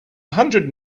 hundred